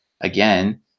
again